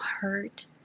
hurt